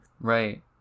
Right